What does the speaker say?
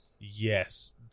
Yes